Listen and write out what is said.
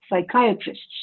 psychiatrists